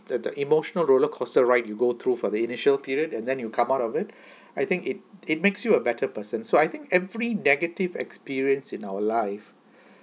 the the emotional roller coaster ride you go through for the initial period and then you come out of it I think it it makes you a better person so I think every negative experience in our life